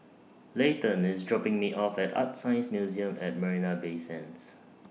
Leighton IS dropping Me off At ArtScience Museum At Marina Bay Sands